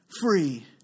free